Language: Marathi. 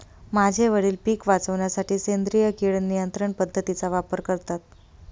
माझे वडील पिक वाचवण्यासाठी सेंद्रिय किड नियंत्रण पद्धतीचा वापर करतात